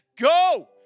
Go